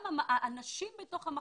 גם האנשים בתוך המחנות,